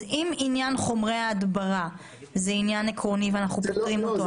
אז אם עניין חומרי ההדברה זה עניין עקרוני ואנחנו פותרים אותו,